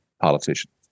politicians